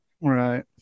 Right